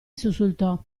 sussultò